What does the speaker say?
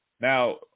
Now